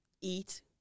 eat